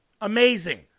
Amazing